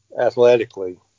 athletically